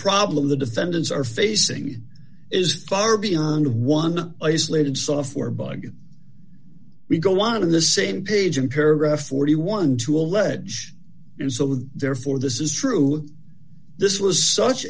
problem the defendants are facing it is far beyond one isolated software bug we go out of the same page and paragraph forty one dollars to allege and so therefore this is true this was such